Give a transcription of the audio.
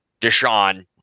Deshaun